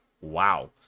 Wow